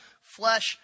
flesh